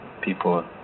people